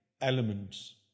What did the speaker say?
elements